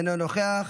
אינו נוכח,